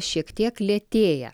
šiek tiek lėtėja